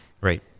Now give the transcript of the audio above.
right